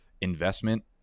investment